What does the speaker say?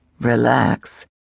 Relax